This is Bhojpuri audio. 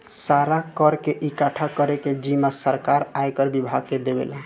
सारा कर के इकठ्ठा करे के जिम्मा सरकार आयकर विभाग के देवेला